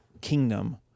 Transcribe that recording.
kingdom